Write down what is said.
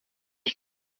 ich